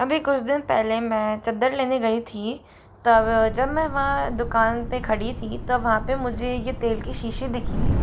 अभी कुछ दिन पहले मैं चद्दर लेने गई थी तब जब मैं वहाँ दुकान पे खड़ी थी तब वहाँ पे मुझे ये तेल की शीशी दिखी